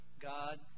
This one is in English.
God